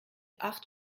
acht